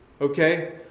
Okay